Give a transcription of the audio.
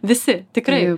visi tikrai